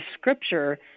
Scripture